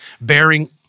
Bearing